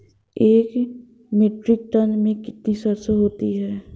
एक metric ton में कितनी सरसों होती है?